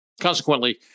Consequently